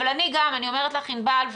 אני אומרת לך ענבל.